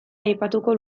aipatuko